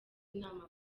inama